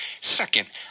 Second